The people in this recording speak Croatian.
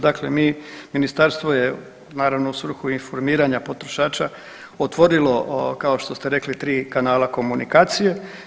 Dakle, mi, ministarstvo je naravno u svrhu informiranja potrošača otvorilo kao što ste rekli 3 kanala komunikacije.